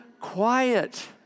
quiet